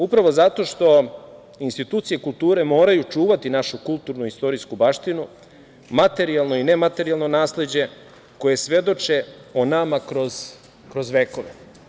Upravo zato što institucije kulture moraju čuvati našu kulturnu i istorijsku baštinu, materijalno i ne materijalno nasleđe koje svedoče o nama kroz vekove.